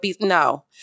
No